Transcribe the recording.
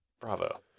Bravo